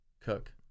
Cook